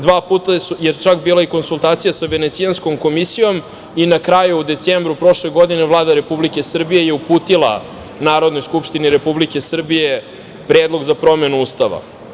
Dva puta je čak bila i konsultacija sa Venecijanskom komisijom i na kraju, u decembru prošle godine, Vlada Republike Srbije je uputila Narodnoj skupštini Republike Srbije Predlog za promenu Ustava.